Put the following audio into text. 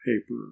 paper